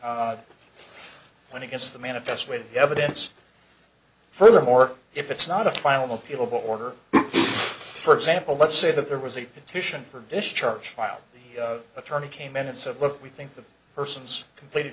when he gets the manifest with evidence furthermore if it's not a final appealable order for example let's say that there was a petition for discharge file the attorney came in and said look we think the person's completed